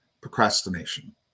Procrastination